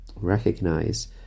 recognize